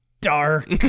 dark